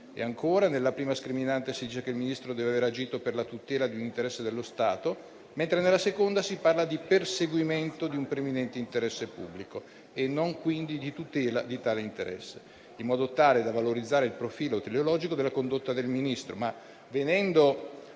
Inoltre, nella prima scriminante si dice che il Ministro deve avere agito per la tutela di un interesse dello Stato, mentre nella seconda si parla di perseguimento di un preminente interesse pubblico e non quindi di tutela di tale interesse, in modo tale da valorizzare il profilo teleologico della condotta del Ministro.